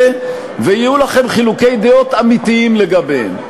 ויהיו לנו חילוקי דעות אמיתיים לגביהם.